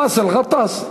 באסל גטאס.